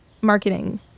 marketing